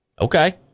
Okay